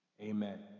Amen